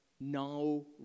no